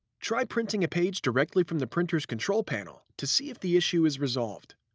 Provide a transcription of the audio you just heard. try printing a page directly from the printer's control panel to see if the issue is resolved.